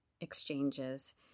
exchanges